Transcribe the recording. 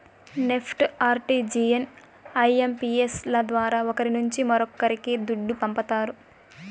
NEFT, RTGS, IMPS ల ద్వారా ఒకరి నుంచి మరొక్కరికి దుడ్డు పంపతారు